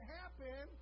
happen